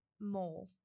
more